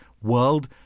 world